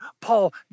Paul